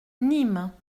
nîmes